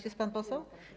Jest pan poseł?